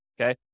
okay